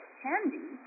candy